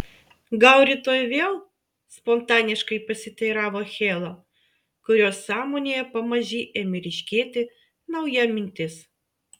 gal rytoj vėl spontaniškai pasiteiravo hela kurios sąmonėje pamaži ėmė ryškėti nauja mintis